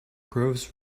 groves